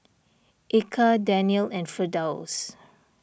Eka Daniel and Firdaus